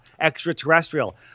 extraterrestrial